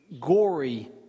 gory